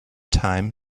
time